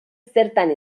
zertan